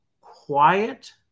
quiet